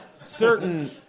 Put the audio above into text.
Certain